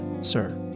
sir